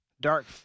Dark